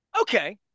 Okay